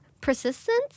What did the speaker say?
persistence